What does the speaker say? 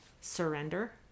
surrender